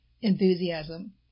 enthusiasm